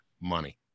money